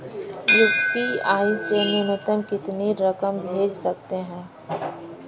UPI से न्यूनतम कितनी रकम भेज सकते हैं?